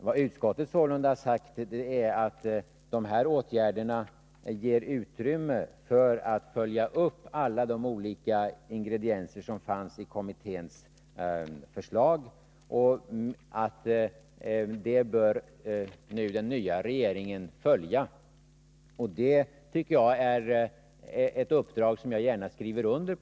Vad utskottet sålunda sagt är att dessa åtgärder ger utrymme för att följa upp de olika ingredienserna i kommitténs förslag och att den nya regeringen nu bör göra det. Det är ett uppdrag som jag gärna skriver under.